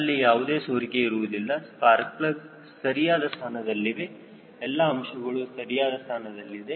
ಅಲ್ಲಿ ಯಾವುದೇ ಸೋರಿಕೆ ಇರುವುದಿಲ್ಲ ಸ್ಪಾರ್ಕ್ ಪ್ಲಗ್ ಸರಿಯಾದ ಸ್ಥಾನದಲ್ಲಿವೆ ಎಲ್ಲಾ ಅಂಗಗಳು ಸರಿಯಾದ ಸ್ಥಾನದಲ್ಲಿದೆ